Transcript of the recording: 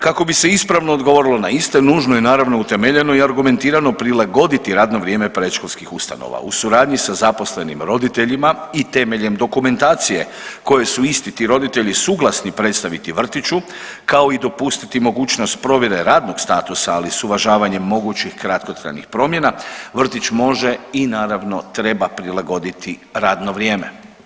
Kako bi se ispravno odgovorilo na iste nužno je naravno utemeljeno i argumentirano prilagoditi radno vrijeme predškolskih ustanova u suradnji sa zaposlenim roditeljima i temeljem dokumentacije koje su isti ti roditelji suglasni predstaviti vrtiću kao i dopustiti mogućnost provjere radnog statusa ali sa uvažavanjem mogućih kratkotrajnih promjena vrtić može i naravno treba prilagoditi radno vrijeme.